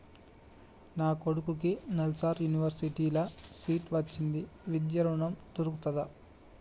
నా కొడుకుకి నల్సార్ యూనివర్సిటీ ల సీట్ వచ్చింది విద్య ఋణం దొర్కుతదా?